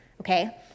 Okay